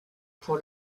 pour